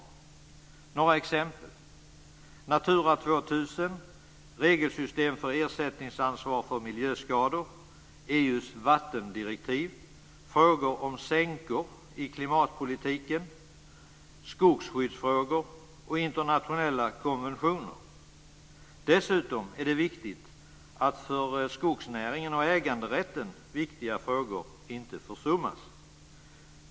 Låt mig ta några exempel: Natura 2000, regelsystem för ersättningsansvar för miljöskador, EU:s vattendirektiv, frågor om sänkor i klimatpolitiken, skogsskyddsfrågor och internationella konventioner. Det är viktigt att för skogsnäringen och äganderätten viktiga frågor inte försummas.